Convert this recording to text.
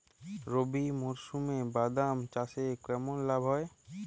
রবি মরশুমে বাদাম চাষে কেমন লাভ হয়?